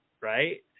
right